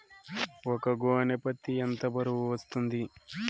ఒక గోనె పత్తి ఎంత బరువు వస్తుంది?